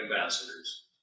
ambassadors